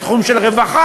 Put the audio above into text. בתחום של רווחה,